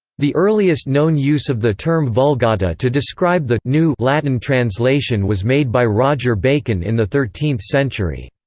the earliest known use of the term vulgata to describe the new latin translation was made by roger bacon in the thirteenth century.